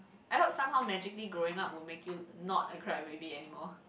I hope somehow magically growing up will make you not a crybaby anymore